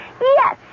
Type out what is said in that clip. Yes